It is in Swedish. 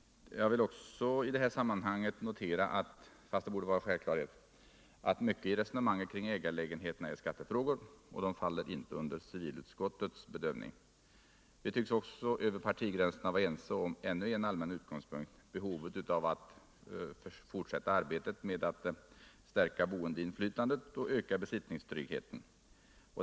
Jag vill också i det här sammanhanget notera — fast det borde vara en självklarhet — att mycket i resonemanget kring ägarlägenheterna är skattefrågor, och de faller inte under civilutskottets bedömning. Vi tycks också över partigränserna vara ense om ännu en allmän utgångspunkt — behovet av att fortsätta arbetet med att stärka boendeinflytandet och öka besittningstryggheten.